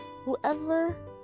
Whoever